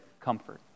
comfort